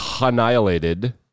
annihilated